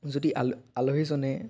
যদি আল আলহীজনে